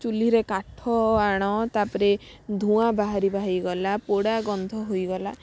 ଚୁଲିରେ କାଠ ଆଣ ତା'ପରେ ଧୁଆଁ ବାହାରିବା ହେଇଗଲା ପୋଡ଼ା ଗନ୍ଧ ହୋଇଗଲା